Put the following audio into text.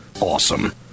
Awesome